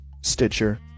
Stitcher